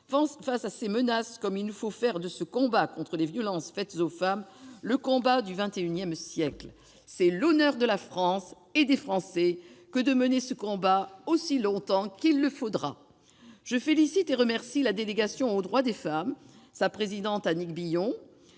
face à ces menaces, comme il nous faut faire de ce combat contre les violences faites aux femmes le combat du XXI siècle. C'est l'honneur de la France et des Français que de mener ce combat aussi longtemps qu'il le faudra. Pour conclure, je félicite et remercie la délégation aux droits des femmes, sa présidente Annick Billon